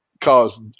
cause